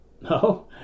no